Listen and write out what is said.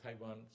Taiwan